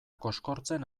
koskortzen